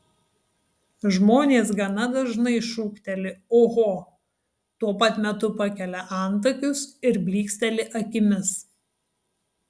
žmonės gana dažnai šūkteli oho tuo pat metu pakelia antakius ir blyksteli akimis